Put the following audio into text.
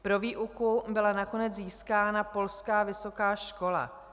Pro výuku byla nakonec získána polská vysoká škola.